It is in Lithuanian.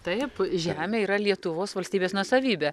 taip žemė yra lietuvos valstybės nuosavybė